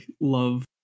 love